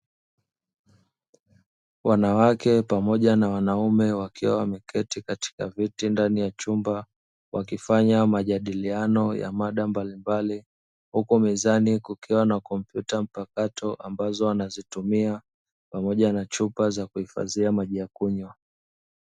Wanawake pamoja na wanaume wakiwa wameketi katika viti ndani ya chumba, wakifanya majadiliano ya mada mbalimbali huku mezani kukiwa na kompyuta mpakato, ambazo wanazitumia pamoja na chupa za kuhifadhia maji ya kunywa.